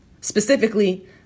Specifically